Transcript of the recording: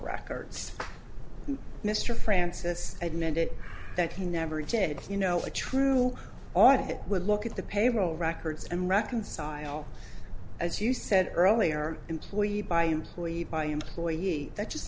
records mr francis admitted that he never did you know a true audit would look at the payroll records and reconcile as you said earlier an employee by employee by employee that just